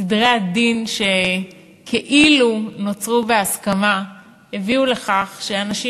סדרי הדין שכאילו נוצרו בהסכמה הביאו לכך שאנשים